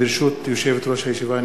ברשות יושבת-ראש הישיבה,